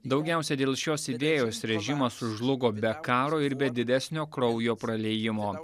daugiausia dėl šios idėjos režimas sužlugo be karo ir be didesnio kraujo praliejimo